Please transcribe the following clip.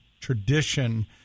tradition—